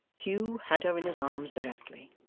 hugh had her in his arms directly.